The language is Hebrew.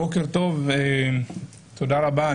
בוקר טוב ותודה רבה.